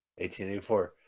1884